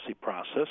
process